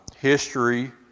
history